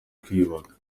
kwiyubaka